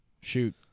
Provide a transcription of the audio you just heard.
Shoot